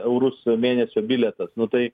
eurus e mėnesio bilietas nu tai